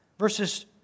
Verses